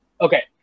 Okay